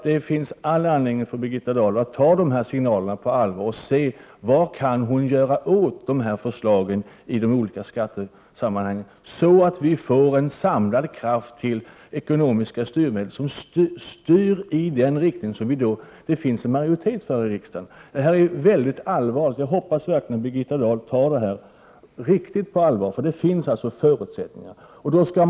Det finns all anledning för Birgitta Dahl att ta dessa signaler på allvar och se vad hon kan göra åt de olika skatteförslagen, så att vi får en samlad kraft till ekonomiska styrmedel som styr i den riktning som det finns en riksdagsmajoritet för. Det här är mycket allvarligt, och jag hoppas verkligen att Birgitta Dahl tar frågan på största allvar! Det finns alltså förutsättningar för lösningar.